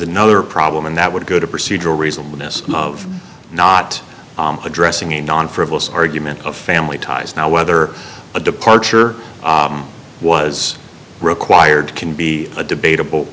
another problem and that would go to procedural reasonableness of not addressing a non frivolous argument of family ties now whether a departure was required can be a debatable